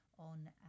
On